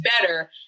better